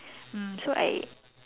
mm so I